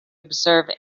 observe